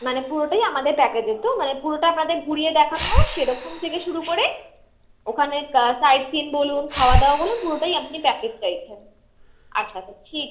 মানে পুরোটাই আমাদের প্যাকেজের তো মানে পুরোটা আপনাদের ঘুরিয়ে দেখানো সেরকম থেকে শুরু করে ওখানের সাইট সিন বলুন খাওয়া দাওয়া বলুন পুরোটাই আপনি প্যাকেজ চাইছেন আচ্ছা আচ্ছা ঠিক